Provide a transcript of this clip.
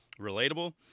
relatable